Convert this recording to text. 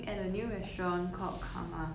so it doesn't have a menu